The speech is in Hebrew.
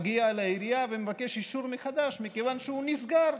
הוא מגיע לעירייה ומבקש אישור מחדש מכיוון שהוא נסגר,